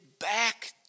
Back